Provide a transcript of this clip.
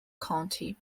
county